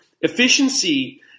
Efficiency